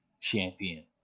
champion